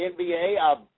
NBA